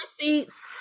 receipts